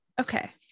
okay